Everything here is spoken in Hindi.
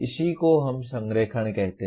इसी को हम संरेखण कहते है